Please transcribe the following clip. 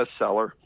bestseller